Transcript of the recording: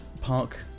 park